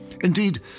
Indeed